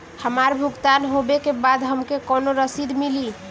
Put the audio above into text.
हमार भुगतान होबे के बाद हमके कौनो रसीद मिली?